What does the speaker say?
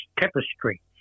tapestry